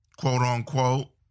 quote-unquote